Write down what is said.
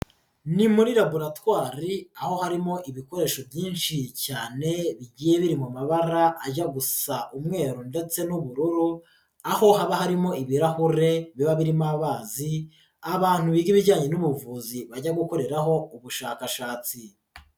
Ni muri laboratwari aho harimo ibikoresho byinshi cyane bigiye biri mu mabara ajya gusa umweru ndetse n'ubururu, aho haba harimo ibirahure biba birimo amazi abantu biga ibijyanye n'ubuvuzi bajya gukoreraho ubushakashatsi.